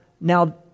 now